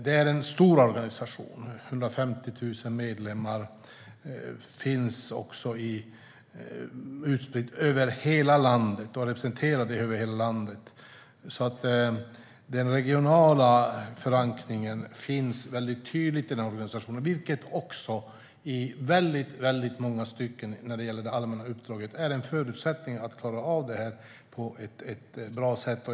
Det är en stor organisation med 150 000 medlemmar, som är utspridda över hela landet, så att förbundet är representerat över hela landet. Den regionala förankringen finns tydligt i organisationen, vilket när det gäller det allmänna uppdraget i många stycken är en förutsättning för att klara av det på ett bra sätt.